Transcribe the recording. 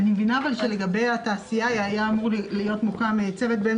לגבי התעשייה היה אמור להיות מוקם צוות בין